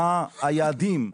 מה היעדים,